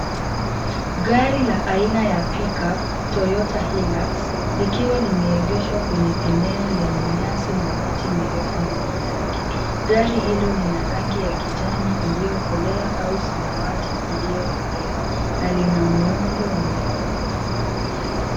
Gari la aina ya Pickup Toyota Hilux likiwa limeegeshwa kwenye eno lenye nyasi na miti mirefu nyuma yake, gari hilo lina rangi ya kijani iliyokolea au samawati iliyokolea na lina muundo wa milango mingi.